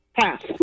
Pass